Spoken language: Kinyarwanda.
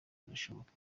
burashoboka